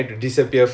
ya at